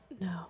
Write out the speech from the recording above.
no